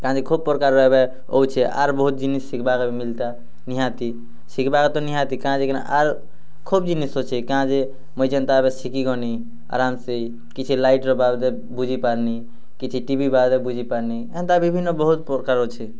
ତାଙ୍କେ ଖୁବପ୍ରକାର ଏବେ ହେଉଛେ ଆର ବହୁତ ଜିନିଷ ଶିଖିବାର ମିଲ୍ତା ନିହାତି ଶିଖିବାର ନିହାତି ଆର ଖୁବ ଜିନିଷ ଅଛି କାଏଁ ଯେ ମୁଇଁ ଯେନ୍ତା ଶିଖିଗଲି ଆରାମସେ କିଛି ଲାଇଟ୍ର ବାବଦରେ ବୁଝିପାରିନି କିଛି ଟି ଭି ବାବଦରେ ବୁଝିପାରନି ଏନ୍ତା ବିଭିନ୍ନ ବହୁତ ପ୍ରକାର ଅଛି